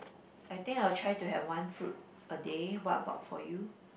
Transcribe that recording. I think I will try to have one fruit a day what about for you